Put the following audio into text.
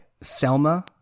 Selma